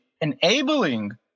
enabling